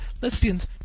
lesbians